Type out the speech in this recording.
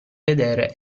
vedere